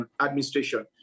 administration